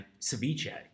ceviche